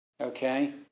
Okay